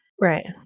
Right